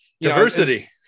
diversity